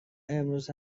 امروز